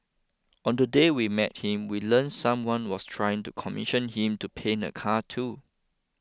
on the day we met him we learnt someone was trying to commission him to paint a car too